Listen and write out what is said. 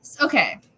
okay